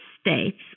states